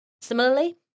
similarly